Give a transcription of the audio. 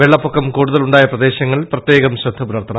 വെള്ളപ്പൊക്കം കൂടുതൽ ഉണ്ടായ പ്രദേശങ്ങളിൽ പ്രത്യേകം ശ്രദ്ധ പുലർത്തണം